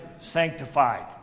sanctified